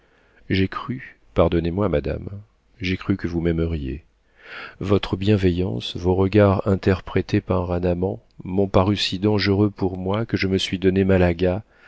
j'ai cru pardonnez-moi madame j'ai cru que vous m'aimeriez votre bienveillance vos regards interprétés par un amant m'ont paru si dangereux pour moi que je me suis donné malaga